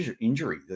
injury